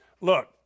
Look